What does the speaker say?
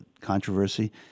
controversy